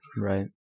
Right